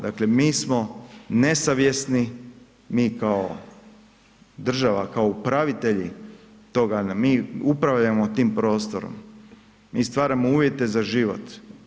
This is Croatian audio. Dakle, mi smo nesavjesni, mi kao država, kao upravitelji toga, mi upravljamo tim prostorom, mi stvaramo uvjete za život.